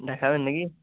দেখাবেন না কি